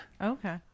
Okay